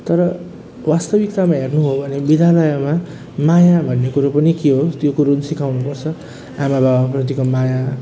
तर वास्तविकतामा हेर्नु हो भने विद्यालयमा माया भन्ने कुरो पनि के हो त्यो कुरो नि सिकाउनु पर्छ आमा बाबा प्रतिको माया